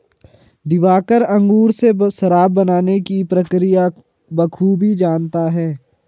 दिवाकर अंगूर से शराब बनाने की प्रक्रिया बखूबी जानता है